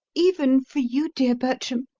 even for you, dear bertram,